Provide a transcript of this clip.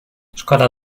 szkoda